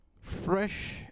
Fresh